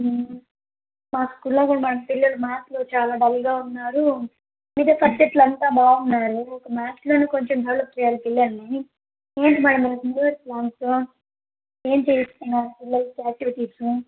మా స్కూల్లో కూడా మన పిల్లలు మ్యాథ్స్లో చాలా డల్గా ఉన్నారు మిగతా సబ్జెక్టులు అంతా బాగున్నారు ఒక మ్యాథ్స్లో కొంచెం డెవలప్ చేయాలి పిల్లల్ని ఏంటి మేడం న్యూ ఇయర్ ప్లాన్స్ ఏమి చేయిస్తున్నారు పిల్లలకి యాక్టివిటీస్